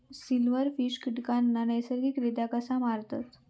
Silverfish कीटकांना नैसर्गिकरित्या कसा मारतत?